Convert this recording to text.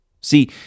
See